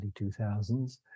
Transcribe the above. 2000s